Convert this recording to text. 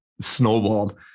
snowballed